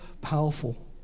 powerful